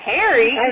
Harry